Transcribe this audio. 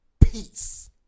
Peace